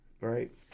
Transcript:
right